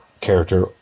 character